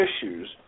issues